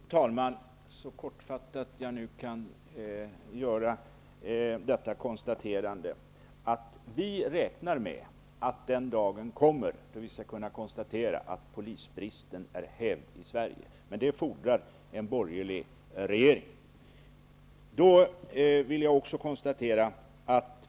Fru talman! Jag skall så kortfattat som möjligt göra ett konstaterande. Vi räknar med att den dagen kommer då polisbristen är hävd i Sverige. Men det fordrar en borgerlig regering.